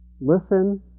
listen